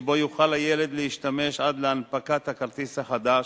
שבו יוכל הילד להשתמש עד להנפקת הכרטיס החדש,